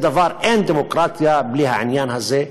אין דמוקרטיה בלי העניין הזה,